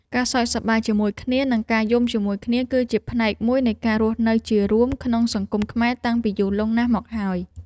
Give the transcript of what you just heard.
ការសើចសប្បាយជាមួយគ្នា និងការយំជាមួយគ្នា គឺជាផ្នែកមួយនៃការរស់នៅជារួមក្នុងសង្គមខ្មែរតាំងពីយូរលង់ណាស់មកហើយ។